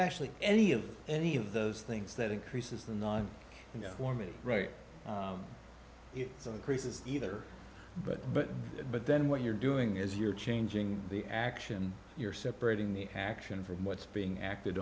actually any of any of those things that increases the nine you know for me right it's a creases either but but but then what you're doing is you're changing the action you're separating the action from what's being acted